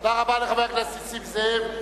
תודה רבה לחבר הכנסת נסים זאב.